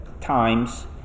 times